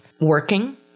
working